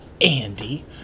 Andy